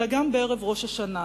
אלא גם בערב ראש השנה,